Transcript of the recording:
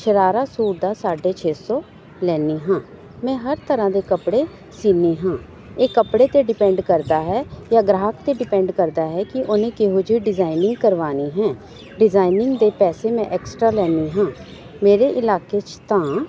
ਸ਼ਰਾਰਾ suit ਦਾ ਸਾਢੇ ਛੇ ਸੌ ਲੈਂਦੀ ਹਾਂ ਮੈਂ ਹਰ ਤਰ੍ਹਾਂ ਦੇ ਕੱਪੜੇ ਸੀਨੀ ਹਾਂ ਇਹ ਕੱਪੜੇ 'ਤੇ ਡਿਪੈਂਡ ਕਰਦਾ ਹੈ ਜਾਂ ਗਾਹਕ 'ਤੇ ਡਿਪੈਂਡ ਕਰਦਾ ਹੈ ਕਿ ਉਹਨੇ ਕਿਹੋ ਜਿਹੇ ਡਿਜ਼ਾਇਨਿੰਗ ਕਰਵਾਉਣੇ ਹੈ ਡਿਜ਼ਾਇਨਿੰਗ ਦੇ ਪੈਸੇ ਮੈਂ ਐਕਸਟਰਾ ਲੈਂਦੀ ਹਾਂ ਮੇਰੇ ਇਲਾਕੇ 'ਚ ਤਾਂ